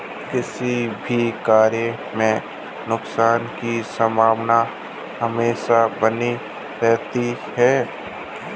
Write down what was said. किसी भी कार्य में नुकसान की संभावना हमेशा बनी रहती है